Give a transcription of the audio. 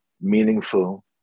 meaningful